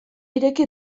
ireki